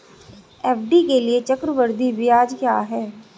FD के लिए चक्रवृद्धि ब्याज क्या है?